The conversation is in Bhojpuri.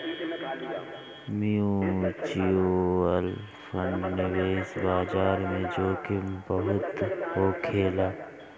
म्यूच्यूअल फंड निवेश बाजार में जोखिम बहुत होखेला